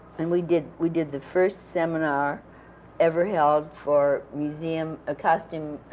and we did we did the first seminar ever held for museum ah costume